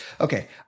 Okay